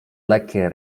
lekkie